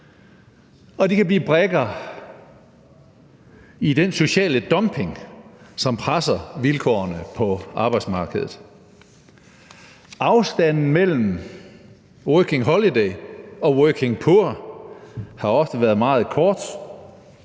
Og de kan blive brikker i den sociale dumping, som presser vilkårene på arbejdsmarkedet. Afstanden mellem Working Holiday og working poor har ofte været meget kort,